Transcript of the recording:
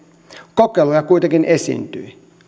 kokeiluja kuitenkin esiintyi